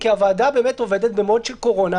כי הוועדה באמת עובדת ב-mode של קורונה,